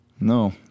No